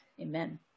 Amen